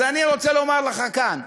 לא היה, אז אני רוצה לומר לך כאן,